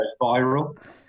viral